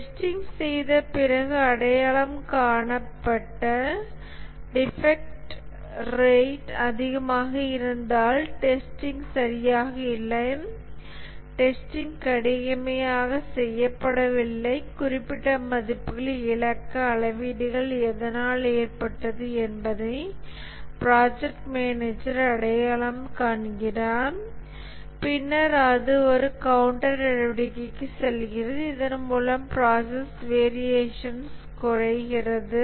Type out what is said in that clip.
testing செய்த பிறகு அடையாளம் காணப்பட்ட டிஃபக்ட் ரெட் அதிகமாக இருந்தால் டெஸ்டிங் சரியாக இல்லை டெஸ்டிங் கடுமையாக செய்யப்படவில்லை குறிப்பிட்ட மதிப்புகளை இழக்க அளவீடுகள் எதனால் ஏற்பட்டது என்பதை ப்ராஜக்ட் மேனேஜர் அடையாளம் காண்கிறார் பின்னர் அது ஒரு கவுண்டர் நடவடிக்கைக்கு செல்கிறது இதன் மூலம் ப்ராசஸ் வேரியேஷன் குறைகிறது